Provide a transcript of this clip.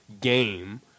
game